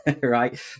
right